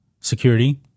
security